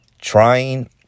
trying